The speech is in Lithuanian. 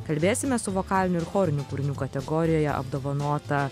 kalbėsime su vokalinių ir chorinių kūrinių kategorijoje apdovanota